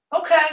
okay